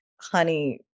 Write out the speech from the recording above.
honey